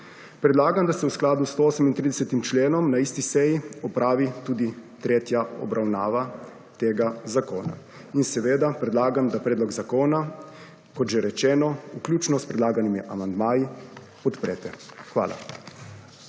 Predlagam, da se v skladu s 138. členom na isti seji opravi tudi tretja obravnava tega zakona in seveda predlagam, da predlog zakona, kot že rečeno, vključno s predlaganimi amandmaji, podprete. Hvala.